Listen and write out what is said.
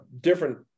different